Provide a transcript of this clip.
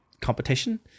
competition